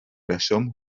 reswm